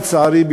לצערי,